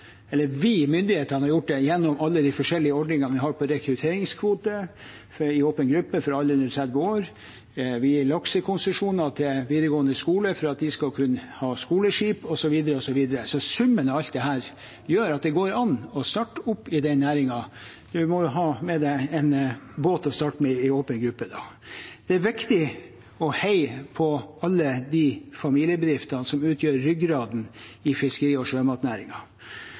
gjennom alle de forskjellige ordningene. Vi har rekrutteringskvote i åpen gruppe for alle under 30 år. Vi gir laksekonsesjoner til videregående skole for at de skal kunne ha skoleskip osv. Summen av alt dette gjør at det går an å starte opp i næringen. Man må ha en båt å starte med i åpen gruppe. Det er viktig å heie på alle de familiebedriftene som utgjør ryggraden i fiskeri- og